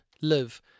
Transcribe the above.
live